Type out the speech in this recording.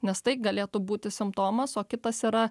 nes tai galėtų būti simptomas o kitas yra